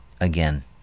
again